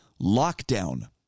lockdown